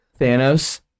Thanos